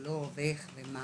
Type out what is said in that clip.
או לא ואיך ומה